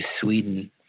Sweden